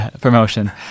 promotion